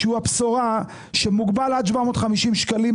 שהוא הבשורה, שמוגבל עד 750 ₪,